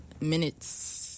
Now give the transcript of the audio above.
minutes